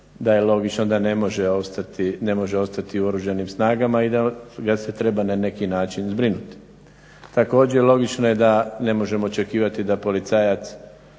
da je logično da ne može ostati u oružanim snagama i da ga se treba na neki način zbrinuti. Također logično je da ne možemo očekivati da policajac